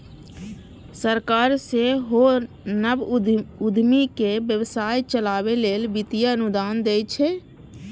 सरकार सेहो नव उद्यमी कें व्यवसाय चलाबै लेल वित्तीय अनुदान दै छै